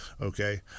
Okay